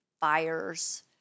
buyers